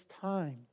time